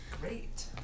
great